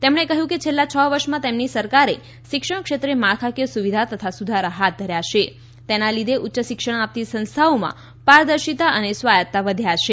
તેમણે કહ્યું કે છેલ્લાં છ વર્ષમાં તેમની સરકારે શિક્ષણ ક્ષેત્રે માળખાકીય સુવિધા તથા સુધારા હાથ ધર્યા છે તેના લીધે ઉચ્ચ શિક્ષણ આપતી સંસ્થાઓમાં પારદર્શિતા અને સ્વાયત્તતા વધ્યા છે